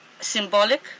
symbolic